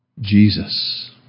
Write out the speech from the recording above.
Jesus